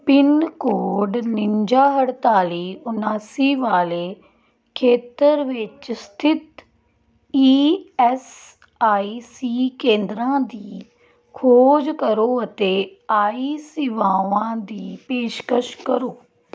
pin code ਉਣੰਜਾ ਅਠਤਾਲੀ ਉਨਾਸੀ ਵਾਲੇ ਖੇਤਰ ਵਿੱਚ ਸਥਿਤ ਈ ਐੱਸ ਆਈ ਸੀ ਕੇਂਦਰਾਂ ਦੀ ਖੋਜ ਕਰੋ ਅਤੇ ਆਈ ਸੇਵਾਵਾਂ ਦੀ ਪੇਸ਼ਕਸ਼ ਕਰੋ